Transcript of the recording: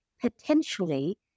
potentially